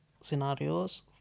scenarios